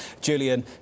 Julian